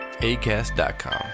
Acast.com